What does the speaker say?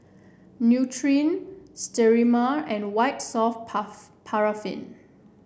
Nutren Sterimar and White Soft Paraffin